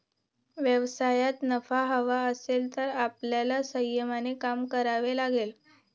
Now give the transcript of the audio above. व्यवसायात नफा हवा असेल तर आपल्याला संयमाने काम करावे लागेल